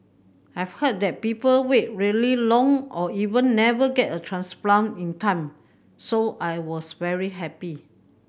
I've heard that people wait really long or even never get a transplant in time so I was very happy